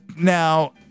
now